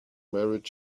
married